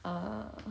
uh